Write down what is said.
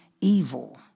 evil